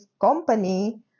company